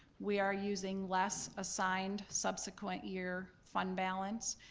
we are using less assigned subsequent year fund balance.